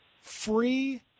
free